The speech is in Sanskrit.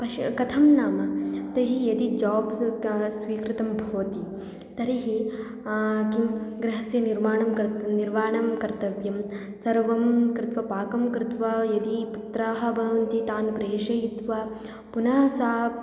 पश्य कथं नाम तैः यदि जाब्स् काः स्वीकृताः भवन्ति तर्हि किं गृहस्य निर्माणं कर्तुं निर्माणं कर्तव्यं सर्वं कृत्वा पाकं कृत्वा यदि पुत्राः भवन्ति तान् प्रेषयित्वा पुनः सा